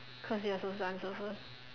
cause you are supposed to answer first